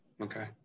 Okay